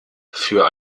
für